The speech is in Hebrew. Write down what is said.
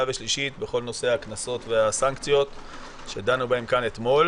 ושלישית של נושא הקנסות והסנקציות שדנו בהן כאן אתמול